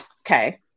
okay